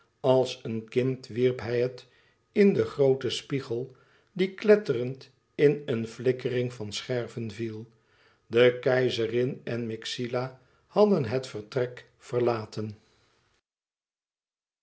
als een kind wierp hij het in den grooten spiegel die kletterend in een flikkering van scherven viel de keizerin en myxila hadden het vertrek verlaten